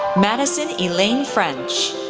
madison elaine french,